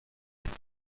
وجاهت